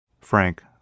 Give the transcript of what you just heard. Frank